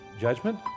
judgment